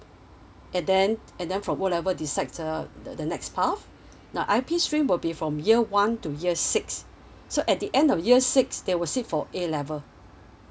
and then and then from O level decides uh the the next path now I_P stream will be from year one to year six so at the end of year six they will sit for A level